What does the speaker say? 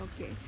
Okay